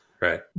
right